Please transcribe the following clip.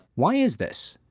why is this?